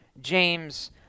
James